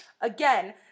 Again